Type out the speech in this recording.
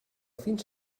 fins